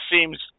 seems